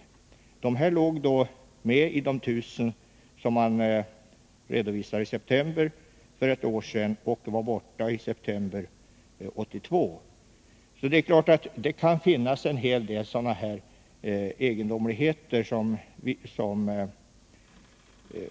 Dessa 200-300 människor fanns med i den redovisning med 1 000 ärenden som man lämnade i september för ett år sedan, men de var borta ur bilden i september 1982. Det kan alltså förekomma en del liknande egendomligheter som